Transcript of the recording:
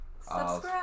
Subscribe